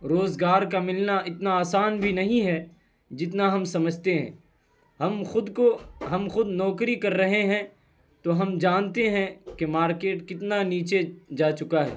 روزگار کا ملنا اتنا آسان بھی نہیں ہے جتنا ہم سمجھتے ہیں ہم خود کو ہم خود نوکری کر رہے ہیں تو ہم جانتے ہیں کہ مارکیٹ کتنا نیچے جا چکا ہے